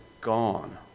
gone